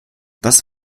das